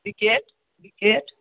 wicket wicket